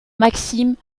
maxime